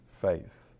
faith